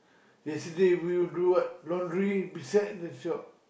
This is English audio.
yesterday we do what laundry beside the shop